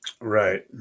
Right